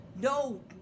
no